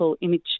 image